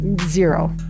Zero